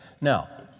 Now